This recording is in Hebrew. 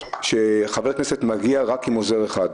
שמאפשרת לחבר כנסת להגיע רק עם עוזר אחד.